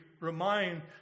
remind